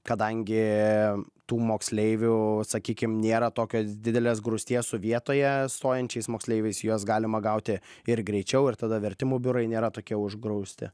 kadangi tų moksleivių sakykim nėra tokios didelės grūsties su vietoje stojančiais moksleiviais juos galima gauti ir greičiau ir tada vertimų biurai nėra tokia užgrūsti